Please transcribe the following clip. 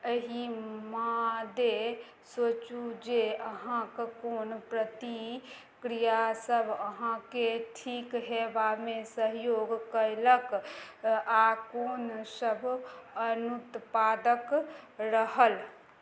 एहि मादे सोचू जे अहाँक कोन प्रतिक्रिया सभ अहाँके ठीक होयबामे सहयोग कयलक आ कोन सब अनुत्पादक रहल